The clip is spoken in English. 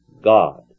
God